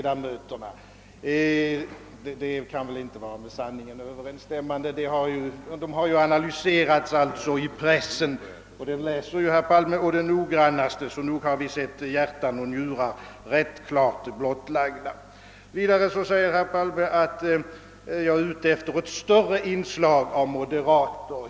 Detta kan väl inte vara med sanningen överensstämmande — de har ju analyserats i pressen, och den läser väl herr Palme på det noggrannaste, så nog har han sett hjärtan och njurar rätt klart blottlagda. Vidare säger herr Palme, att jag är ute efter ett större inslag av moderata.